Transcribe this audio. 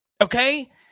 okay